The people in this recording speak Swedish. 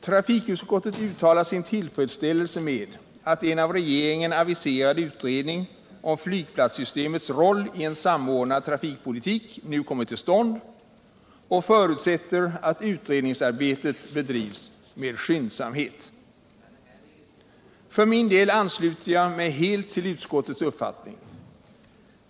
Trafikutskottet uttalar sin tillfredsställelse med att en av regeringen aviserad utredning om flygplatssystemets roll i en samordnad trafikpolitik nu kommer till stånd och förutsätter att utredningsarbetet bedrivs med skyndsamhet. För min del ansluter jag mig helt till utskottets uppfattning.